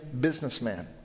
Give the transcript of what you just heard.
businessman